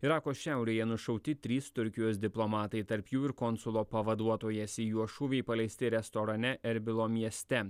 irako šiaurėje nušauti trys turkijos diplomatai tarp jų ir konsulo pavaduotojas į juos šūviai paleisti restorane erbilo mieste